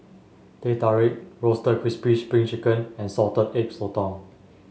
Teh Tarik Roasted Crispy Spring Chicken and Salted Egg Sotong